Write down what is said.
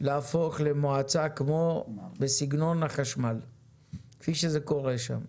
להפוך למועצה בסגנון החשמל כפי שזה קורה שם,